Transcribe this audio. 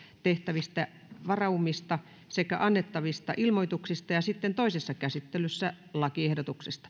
tehtävistä varaumista sekä annettavista ilmoituksista ja sitten toisessa käsittelyssä lakiehdotuksesta